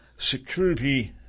Security